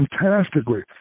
fantastically